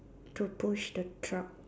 to push the truck